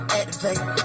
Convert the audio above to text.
activate